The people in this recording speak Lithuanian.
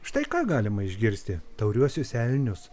štai ką galima išgirsti tauriuosius elnius